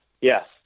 yes